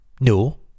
No